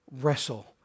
wrestle